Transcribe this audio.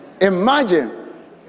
imagine